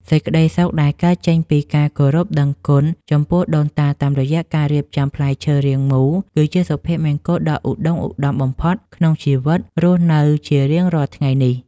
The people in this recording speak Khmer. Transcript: សេចក្តីសុខដែលកើតចេញពីការគោរពដឹងគុណចំពោះដូនតាតាមរយៈការរៀបចំផ្លែឈើរាងមូលគឺជាសុភមង្គលដ៏ឧត្តុង្គឧត្តមបំផុតក្នុងជីវិតរស់នៅជារៀងរាល់ថ្ងៃនេះ។